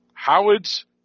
Howard's